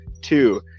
Two